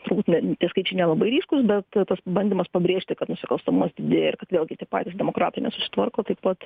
turbūt ne skaičiai nelabai ryškūs bet tas bandymas pabrėžti kad nusikalstamumas didėja ir kad vėlgi tie patys demokratai nesusitvarko taip pat